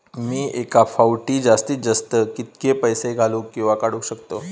मी एका फाउटी जास्तीत जास्त कितके पैसे घालूक किवा काडूक शकतय?